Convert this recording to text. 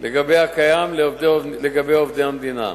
לקיים לגבי עובדי המדינה.